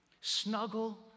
Snuggle